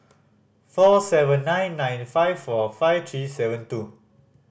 four seven nine nine five four five three seven two